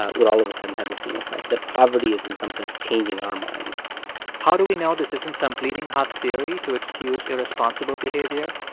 ah would all of a sudden have the same effect, that poverty is in some sense changing our minds how do we know this isn't some bleeding heart theory to excuse irresponsible behavior?